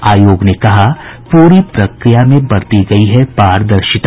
आयोग ने कहा पूरी प्रक्रिया में बरती गयी है पारदर्शिता